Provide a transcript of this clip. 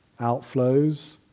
outflows